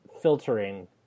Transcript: filtering